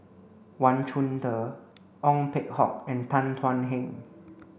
Wang Chunde Ong Peng Hock and Tan Thuan Heng